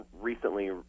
recently